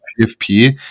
PFP